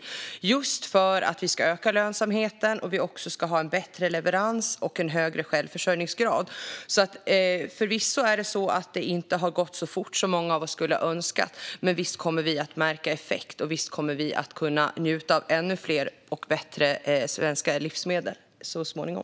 Det är just för att vi ska öka lönsamheten, ha en bättre leverans och en högre självförsörjningsgrad. Förvisso har det inte gått så fort som många av oss skulle ha önskat. Men visst kommer vi att märka effekt, och visst kommer vi att kunna njuta av ännu fler och bättre svenska livsmedel så småningom.